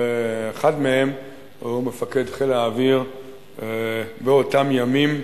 ואחד מהם הוא מפקד חיל האוויר באותם ימים,